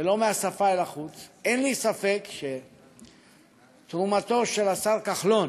ולא מהשפה ולחוץ, אין לי ספק שתרומתו של השר כחלון